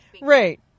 Right